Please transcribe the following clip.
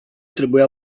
trebuie